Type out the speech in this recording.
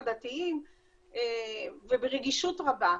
הדתיים וברגישות רבה.